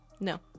No